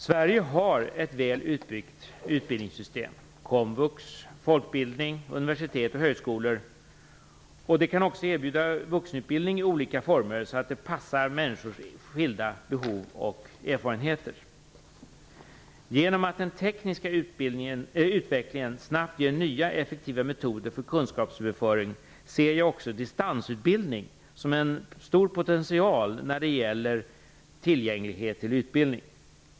Sverige har ett väl utbyggt utbildningssystem - Systemet kan erbjuda vuxenutbildning i olika former så att den passar människors skilda behov och erfarenheter. Genom att den tekniska utvecklingen snabbt ger nya effektiva metoder för kunskapsöverföring, ser jag också distansutbildning som en stor potential när det gäller tillgänglighet till utbildning.